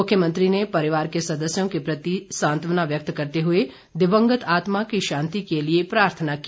मुख्यमंत्री ने परिवार के सदस्यों के प्रति सांत्वना व्यक्त करते हुए दिवंगत आत्मा की शांति के लिए प्रार्थना की